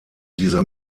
dieser